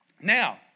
Now